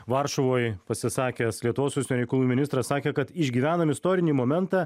varšuvoj pasisakęs lietuvos užsienio reikalų ministras sakė kad išgyvenam istorinį momentą